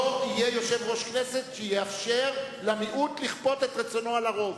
לא יהיה יושב-ראש כנסת שיאפשר למיעוט לכפות את רצונו על הרוב.